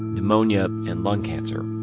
pneumonia, and lung cancer